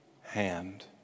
hand